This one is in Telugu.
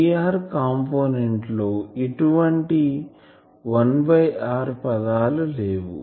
Er కాంపోనెంట్ లో ఎటువంటి 1 బై r పదాలు లేవు